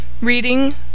Reading